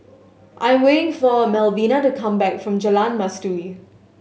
I am waiting for Melvina to come back from Jalan Mastuli